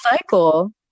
cycle